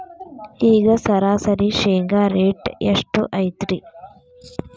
ಈಗ ಸರಾಸರಿ ಶೇಂಗಾ ರೇಟ್ ಎಷ್ಟು ಐತ್ರಿ?